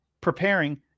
preparing